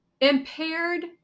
impaired